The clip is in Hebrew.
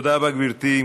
תודה רבה, גברתי.